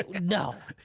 no,